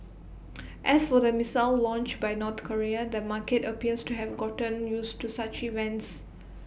as for the missile launch by North Korea the market appears to have gotten used to such events